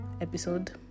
episode